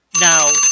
Now